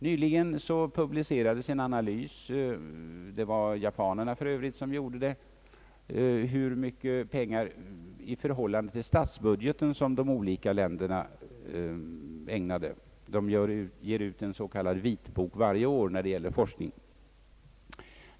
Nyligen publicerades av japanerna en analys av hur mycket pengar i förhållande till statsbudgeten som olika länder anslår till forskning. Japanerna ger ut en s.k. vitbok varje år om forskning.